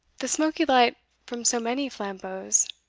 the smoky light from so many flambeaus,